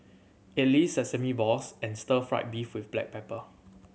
idly sesame balls and stir fried beef with black pepper